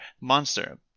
Monster